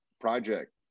project